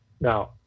Now